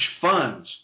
funds